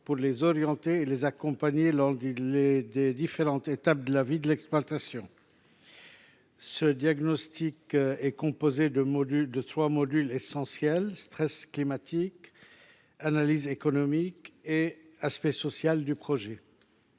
pour les orienter et les accompagner dans les différentes étapes de la vie de l’exploitation, serait composé de trois modules essentiels : stress test climatique, analyse économique et aspect social du projet.